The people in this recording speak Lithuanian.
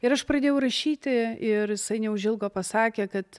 ir aš pradėjau rašyti ir jisai neužilgo pasakė kad